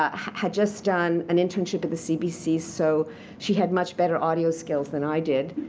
ah had just done an internship at the cbc. so she had much better audio skills than i did.